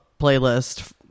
playlist